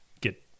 get